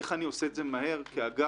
ואיך אני עושה את זה מהר כאגף